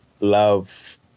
love